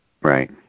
right